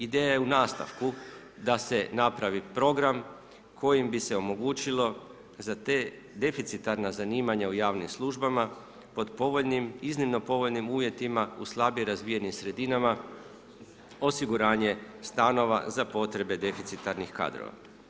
Ideja je u nastavku da se napravi program kojim bi se omogućilo za ta deficitarna zanimanja u javnim službama pod povoljnim, iznimno povoljnim uvjetima u slabije razvijenim sredinama osiguranje stanova za potrebe deficitarnih kadrova.